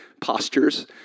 postures